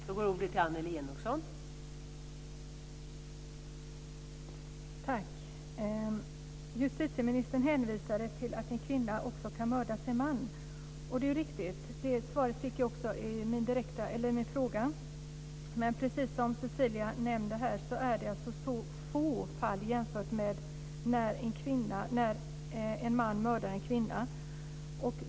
Fru talman! Justitieministern hänvisade till att en kvinna också kan mörda sin man. Och det är ju riktigt. Det svaret fick jag också i min fråga. Men precis som Cecilia nämnde här är det så få fall jämfört med när en man mördar en kvinna.